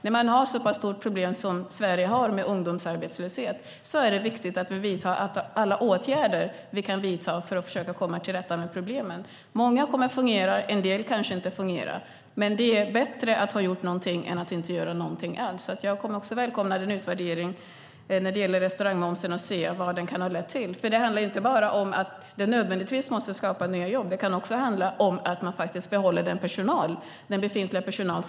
När man har ett så stort problem med ungdomsarbetslöshet som Sverige har är det viktigt att vidta alla tänkbara åtgärder för att komma till rätta med problemet. Många kommer att fungera, en del kanske inte fungerar. Det är bättre att göra något än att inte göra något alls. Jag välkomnar en utvärdering av sänkningen av restaurangmomsen för att se vad den kan ha lett till. Det måste ju inte nödvändigtvis skapa nya jobb. Det kanske innebär att man kan behålla befintlig personal.